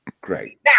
Great